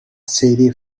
serie